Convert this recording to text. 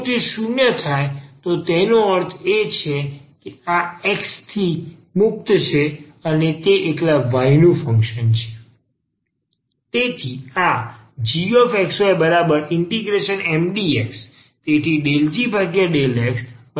જો તે 0 થાય તો તેનો અર્થ એ છે કે આ x થી મુક્ત છે અને તે એકલા y નું ફંક્શન છે તેથી આ gxy∫Mdx ∂g∂xM ફંક્શન આપેલ છે